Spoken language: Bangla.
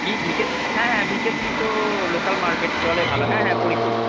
কী বিকে হ্যাঁ হ্যাঁ বিকেসি তো লোকাল মার্কেট চলে ভালো হ্যাঁ হ্যাঁ পরি পরি